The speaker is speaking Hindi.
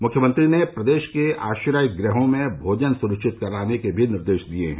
मुख्यमंत्री ने प्रदेश के आश्रय गृहों में भोजन सुनिश्चित कराने के भी निर्देश दिए हैं